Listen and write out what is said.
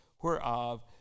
whereof